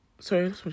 sorry